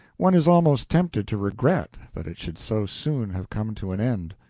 one is almost tempted to regret that it should so soon have come to an end.